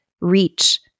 reach